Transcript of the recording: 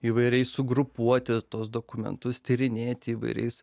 įvairiai sugrupuoti tuos dokumentus tyrinėti įvairiais